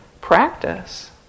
practice